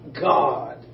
God